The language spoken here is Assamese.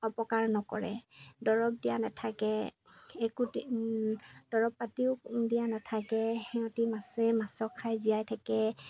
অপকাৰ নকৰে দৰব দিয়া নাথাকে একোটি দৰব পাতিও দিয়া নাথাকে সিহঁতি মাছে মাছ খাই জীয়াই থাকে